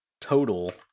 total